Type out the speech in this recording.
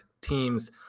teams